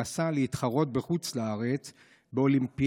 נסע להתחרות בחו"ל באולימפיאדת